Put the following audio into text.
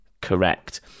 Correct